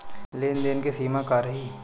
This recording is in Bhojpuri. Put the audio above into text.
लेन देन के सिमा का रही?